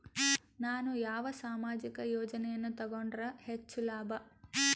ನಾನು ಯಾವ ಸಾಮಾಜಿಕ ಯೋಜನೆಯನ್ನು ತಗೊಂಡರ ಹೆಚ್ಚು ಲಾಭ?